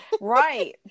Right